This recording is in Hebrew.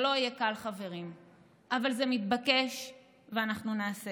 זה לא יהיה קל,